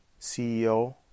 CEO